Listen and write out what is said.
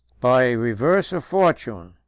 by a reverse of fortune,